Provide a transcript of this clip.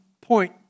point